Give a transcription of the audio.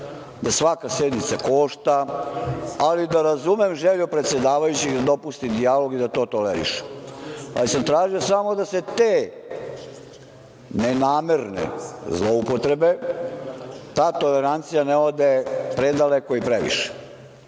da svaka sednica košta, ali da razumem želju predsedavajućeg da dopusti dijalog i da to toleriše, ali sam tražio da te nenamerne zloupotrebe, ta tolerancija ne ode predaleko i previše. Staro